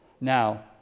Now